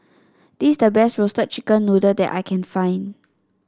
this is the best Roasted Chicken Noodle that I can find